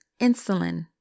insulin